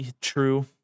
True